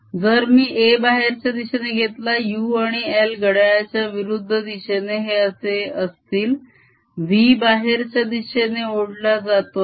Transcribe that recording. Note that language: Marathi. जर मी A बाहेरच्या दिशेने घेतला u आणि I घड्याळाच्या विरुद्ध दिशेने हे असे असतील v बाहेरच्या दिशेने ओढला जातो आहे